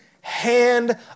hand